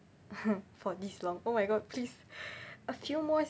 for this long oh my god please a few more